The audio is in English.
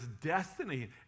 destiny